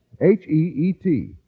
H-E-E-T